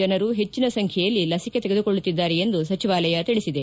ಜನರು ಹೆಚ್ಚಿನ ಸಂಬ್ಲೆಯಲ್ಲಿ ಲಸಿಕೆ ತೆಗೆದುಕೊಳ್ಪುತ್ತಿದ್ದಾರೆ ಎಂದು ಸಚಿವಾಲಯ ಹೇಳಿದೆ